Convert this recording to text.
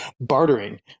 bartering